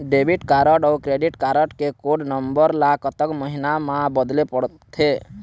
Debit card अऊ credit card के code number ला कतक महीना मा बदले पड़थे?